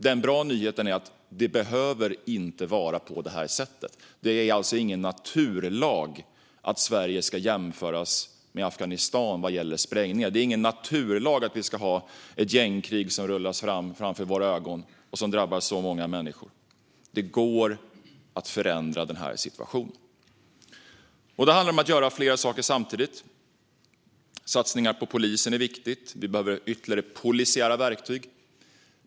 Den bra nyheten är att det inte behöver vara på det här sättet. Det är alltså ingen naturlag att Sverige ska jämföras med Afghanistan vad gäller sprängningar. Det är ingen naturlag att vi ska ha ett gängkrig som rullas fram framför våra ögon och som drabbar så många människor. Det går att förändra denna situation. Då handlar det om att göra flera saker samtidigt. Satsningar på polisen är viktigt - vi behöver ytterligare polisiära verktyg.